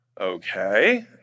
okay